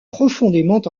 profondément